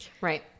Right